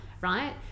right